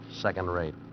Second-rate